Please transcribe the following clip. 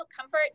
comfort